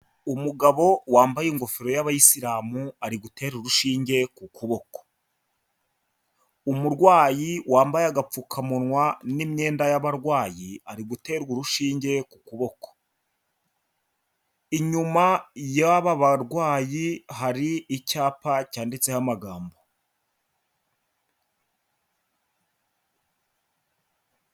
Umugabo wambaye ingofero y'abayisilamu ari gutera urushinge ku kuboko. Umurwayi wambaye agapfukamunwa n'imyenda y'abarwayi ari guterwa urushinge ku kuboko. Inyuma y'aba barwayi hari icyapa cyanditseho amagambo.